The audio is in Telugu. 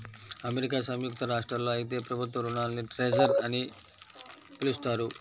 అమెరికా సంయుక్త రాష్ట్రాల్లో అయితే ప్రభుత్వ రుణాల్ని ట్రెజర్ అని పిలుస్తారు